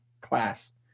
class